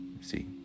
See